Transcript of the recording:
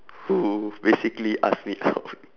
who basically asked me out